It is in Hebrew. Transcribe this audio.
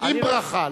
עם ברכה,